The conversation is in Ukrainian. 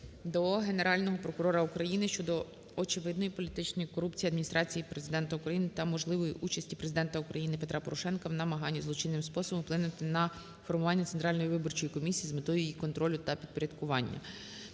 до Генерального прокурора України щодо очевидної політичної корупції Адміністрації Президента України та можливої участі Президента України Петра Порошенка в намаганні злочинним способом вплинути на формування Центральної виборчої комісії з метою її контролю та підпорядкування.